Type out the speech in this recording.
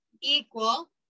equal